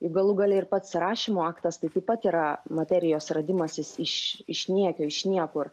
juk galų gale ir pats rašymo aktas tai taip pat yra materijos radimasis iš iš niekio iš niekur